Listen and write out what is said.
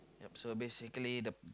so basically the